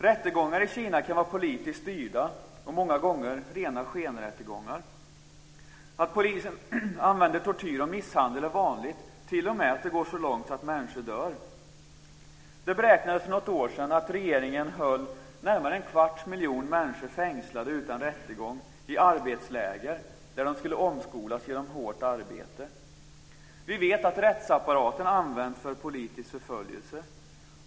Rättegångar kan i Kina vara politiskt styrda och många gånger rena skenrättegångar. Att polisen använder tortyr och misshandel är vanligt. Det går t.o.m. så långt att människor dör. Det beräknades för något år sedan att regeringen höll närmare en kvarts miljon människor fängslade utan rättegång i arbetsläger, där de skulle omskolas genom hårt arbete. Vi vet att rättsapparaten används för politisk förföljelse.